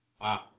Wow